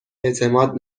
اعتماد